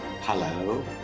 Hello